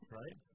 right